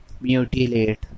Mutilate